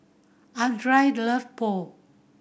Andria love Pho